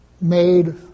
made